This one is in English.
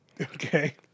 Okay